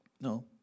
No